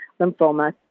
lymphoma